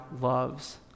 loves